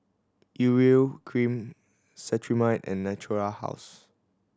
Urea Cream Cetrimide and Natura House